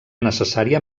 necessària